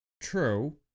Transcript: True